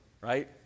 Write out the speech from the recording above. right